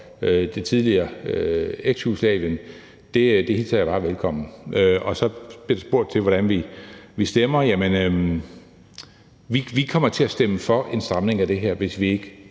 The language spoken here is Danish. Tyrkiet og Eksjugoslavien, hilser jeg bare velkommen. Så blev der spurgt til, hvordan vi stemmer. Jamen vi kommer til at stemme for en stramning af det her, hvis vi ikke